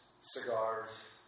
cigars